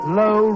low